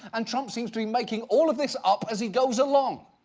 and trump seems to be making all of this up as he goes along.